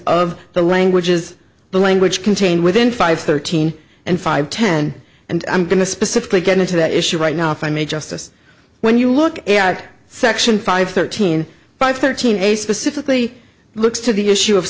of the language is the language contained within five thirteen and five ten and i'm going to specifically get into that issue right now if i may justice when you look at section five thirteen five thirteen a specifically looks to the issue of